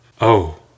Oh